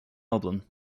album